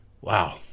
Wow